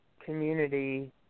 Community